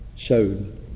shown